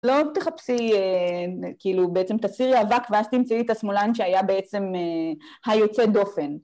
לא תחפשי אה... כאילו, בעצם תסירי האבק ואז תמצאי את השמאלן שהיה בעצם היוצא דופן.